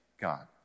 God